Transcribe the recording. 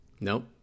Nope